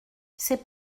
c’est